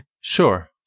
Sure